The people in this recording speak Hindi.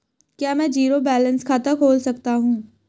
क्या मैं ज़ीरो बैलेंस खाता खोल सकता हूँ?